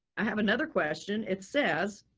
i have another question. it says,